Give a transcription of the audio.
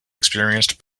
experienced